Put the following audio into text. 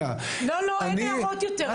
--- אין הערות יותר.